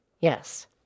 Yes